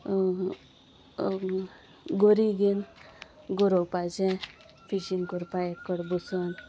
गोरी घेवन गरोवपाचें फिशींग कोरपा एक कडे बसून